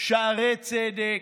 בשערי צדק,